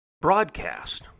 broadcast